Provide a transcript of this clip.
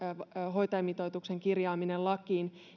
hoitajamitoituksen kirjaaminen lakiin